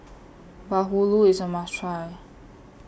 Bahulu IS A must Try